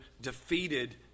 defeated